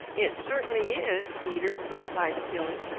it certainly is, peter, replied killy.